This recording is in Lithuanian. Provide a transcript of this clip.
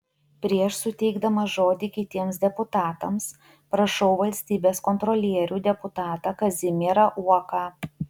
prieš suteikdamas žodį kitiems deputatams prašau valstybės kontrolierių deputatą kazimierą uoką